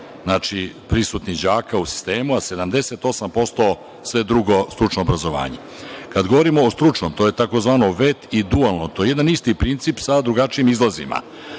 imala prisutnih đaka u sistemu, a 78% sve drugo stručno obrazovanje. Kada govorimo o stručnom, to je tzv. „vet“ i „dualno“. To je jedan isti princip sa drugačijim izlazima,